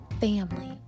family